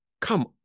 come